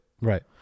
Right